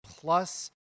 plus